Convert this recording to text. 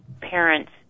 parents